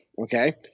okay